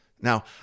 Now